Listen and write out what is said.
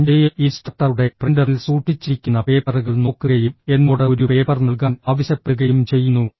സഞ്ജയ് ഇൻസ്ട്രക്ടറുടെ പ്രിന്ററിൽ സൂക്ഷിച്ചിരിക്കുന്ന പേപ്പറുകൾ നോക്കുകയും എന്നോട് ഒരു പേപ്പർ നൽകാൻ ആവശ്യപ്പെടുകയും ചെയ്യുന്നു